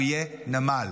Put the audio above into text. הוא יהיה נמל.